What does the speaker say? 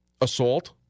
assault